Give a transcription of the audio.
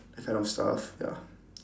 that kind of stuff ya